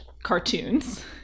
Cartoons